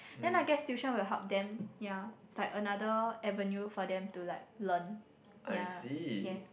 then I guess tuition will help them ya it's like another avenue for them to like learn ya yes